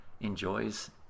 enjoys